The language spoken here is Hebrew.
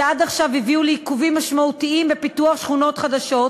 שעד עכשיו הביאה לעיכובים משמעותיים בפיתוח שכונות חדשות,